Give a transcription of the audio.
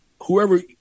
whoever